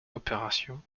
opération